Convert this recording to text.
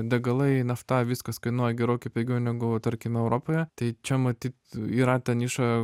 degalai nafta viskas kainuoja gerokai pigiau negu tarkime europoje tai čia matyt yra ta niša